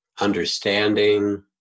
Understanding